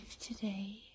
today